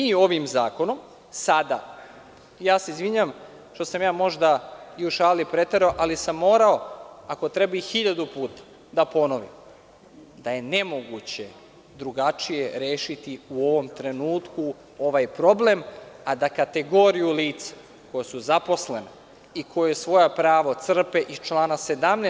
Izvinjavam se što sam možda u šali preterao, ali sam morao ako treba i hiljadu puta da ponovim da je nemoguće drugačije rešiti u ovom trenutku ovaj problem, a da kategoriju lica koja su zaposlena i koja svoje pravo crpe iz člana 17.